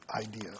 idea